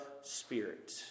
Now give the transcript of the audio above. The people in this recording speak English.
Spirit